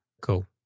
Cool